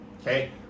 Okay